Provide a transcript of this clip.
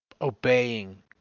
obeying